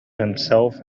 himself